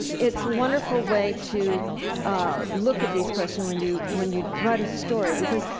it's a wonderful way to ah look at these questions, when you when you write a story. because,